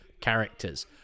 characters